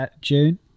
June